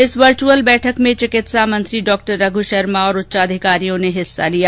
इस वर्चुअल बैठक में चिकित्सा मंत्री रघ् शर्मा और उच्च अधिकारियों ने हिस्सा लिया